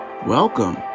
Welcome